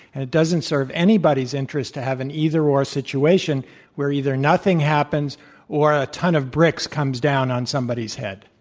and it doesn't serve anybody's interest to have an either or situation where either nothing happens or a ton of bricks comes down on somebody's head.